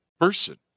person